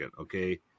okay